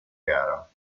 gara